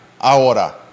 Ahora